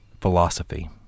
Philosophy